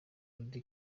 auddy